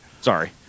Sorry